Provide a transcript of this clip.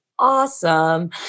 Awesome